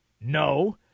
No